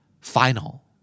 Final